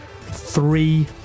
three